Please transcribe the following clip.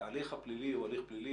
ההליך הפלילי הוא הליך פלילי